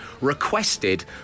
requested